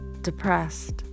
depressed